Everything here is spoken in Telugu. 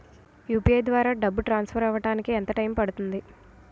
యు.పి.ఐ ద్వారా డబ్బు ట్రాన్సఫర్ అవ్వడానికి ఎంత టైం పడుతుంది?